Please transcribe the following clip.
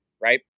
right